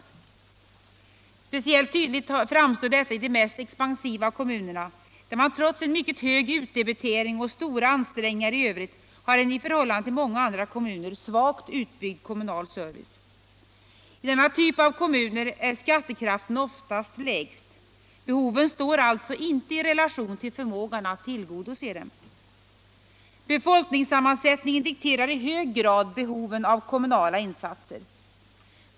Provisorisk inomre Speciellt tydligt framstår detta i de mest expansiva kommunerna, där = gional skatteutjämman trots en mycket hög utdebitering och stora ansträngningar i övrigt — ningsreform har en i förhållande till många andra kommuner svagt utbyggd kommunal service. I denna typ av kommuner är skattekraften oftast lägst. Behoven står alltså inte i relation till förmågan att tillgodose dem. Befolkningssammansättningen dikterar i hög grad behoven av kommunala insatser.